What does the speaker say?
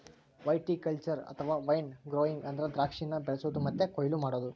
viticulture ಅಥವಾ wine growing ಅಂದ್ರ ದ್ರಾಕ್ಷಿನ ಬೆಳಿಸೊದು ಮತ್ತೆ ಕೊಯ್ಲು ಮಾಡೊದು